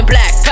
Black